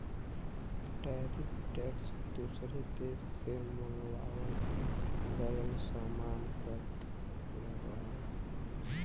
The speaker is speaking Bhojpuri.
टैरिफ टैक्स दूसर देश से मंगावल गयल सामान पर लगला